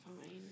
fine